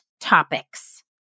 topics